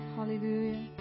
Hallelujah